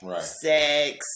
sex